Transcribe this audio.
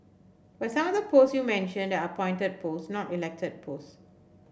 but some of the post you mentioned are appointed post not elected post